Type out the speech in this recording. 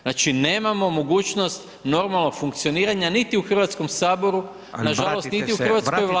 Znači nemamo mogućnost normalnog funkcioniranja niti u Hrvatskom saboru, nažalost niti u hrvatskoj Vladi.